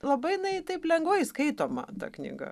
labai jinai taip lengvai skaitoma ta knyga